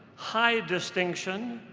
high distinction,